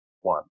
one